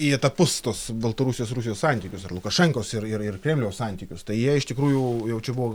į etapus tuos baltarusijos rusijos santykius ar lukašenkos ir ir kremliaus santykius tai jie iš tikrųjų jau čia buvo